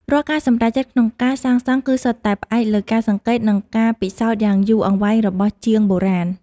រាល់ការសម្រេចចិត្តក្នុងការសាងសង់គឺសុទ្ធតែផ្អែកលើការសង្កេត និង ការពិសោធន៍យ៉ាងយូរអង្វែងរបស់ជាងបុរាណ។